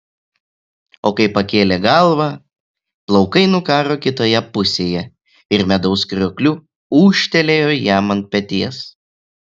o kai pakėlė galvą plaukai nukaro kitoje pusėje ir medaus kriokliu ūžtelėjo jam ant peties